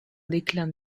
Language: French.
déclin